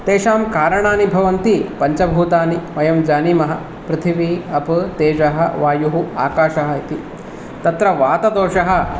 तेषां कारणानि भवन्ति पञ्चभूतानि वयं जानीमः पृथिवी अप् तेजः वायुः आकाशः इति तत्र वातदोषः